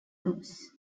goose